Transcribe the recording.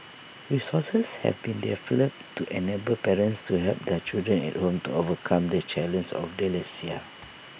resources have been developed to enable parents to help their children at home to overcome the of dyslexia